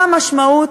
מה המשמעות?